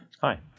Hi